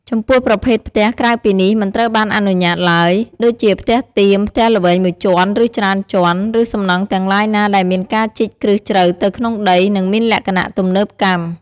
ចំពោះប្រភេទផ្ទះក្រៅពីនេះ មិនត្រូវបានអនុញ្ញាតឡើយ ដូចជាផ្ទះតៀម ផ្ទះល្វែងមួយជាន់ ឬច្រើនជាន់ ឬសំណង់ទាំងឡាយណាដែលមានការជីកគ្រឹះជ្រៅទៅក្នុងដី និងមានលក្ខណៈទំនើបកម្ម។